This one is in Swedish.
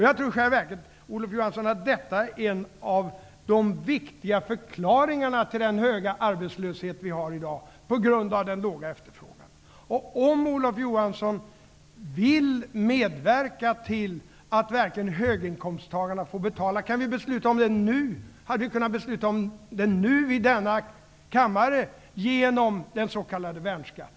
Jag tror i själva verket, Olof Johansson, att den låga efterfrågan är en viktig förklaring till den höga arbetslöshet vi har i dag. Om Olof Johansson vill medverka till att höginkomsttagarna får betala, hade vi kunnat besluta om det nu i denna kammare, genom ett beslut om s.k. värnskatt.